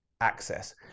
access